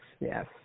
Yes